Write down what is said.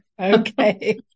Okay